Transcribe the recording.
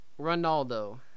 Ronaldo